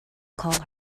call